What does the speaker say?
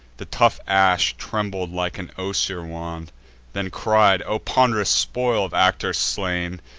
the tough ash trembled like an osier wand then cried o pond'rous spoil of actor slain,